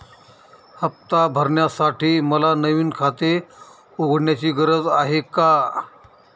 हफ्ता भरण्यासाठी मला नवीन खाते उघडण्याची गरज आहे का?